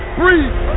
breathe